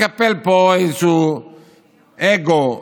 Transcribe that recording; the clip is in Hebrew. לקפל פה איזשהו אגו,